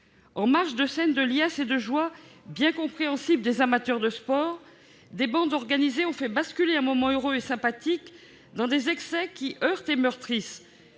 en marge de scènes de liesse et de joie bien compréhensibles, le fait d'amateurs de sport, des bandes organisées ont fait basculer un moment heureux et sympathique dans des excès qui heurtent et meurtrissent.